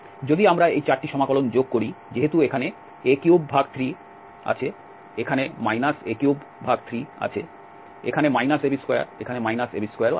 যদি আমরা এই 4 টি সমাকলন যোগ করি যেহেতু এখানে a33 আছে এখানে a33 আছে এখানে ab2 এখানে ab2ও আছে